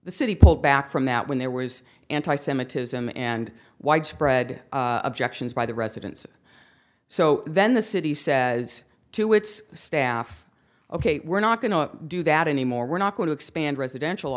the city pulled back from that when there was anti semitism and widespread objections by the residents so then the city says to its staff ok we're not going to do that anymore we're not going to expand residential